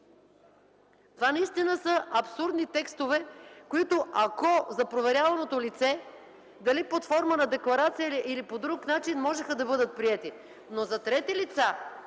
Това наистина са абсурдни текстове, които, ако за проверяваното лице дали под форма на декларация или по друг начин, можеха да бъдат приети, но за трети лица,